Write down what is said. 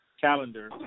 calendar